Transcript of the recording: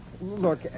Look